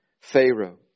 Pharaoh